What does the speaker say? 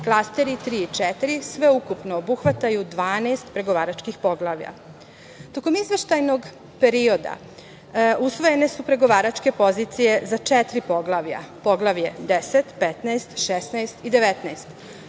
Klasteri 3 i 4 sveukupno obuhvataju 12 pregovaračkih poglavlja. Tokom izveštajnog perioda usvojene su pregovaračke pozicije za četiri poglavlja – Poglavlje 10, 15, 16 i 19,